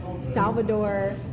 salvador